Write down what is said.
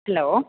hello